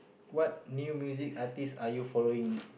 what new musics are these are you following